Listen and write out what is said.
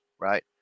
right